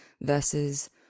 versus